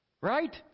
Right